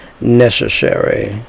necessary